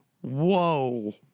Whoa